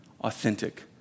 authentic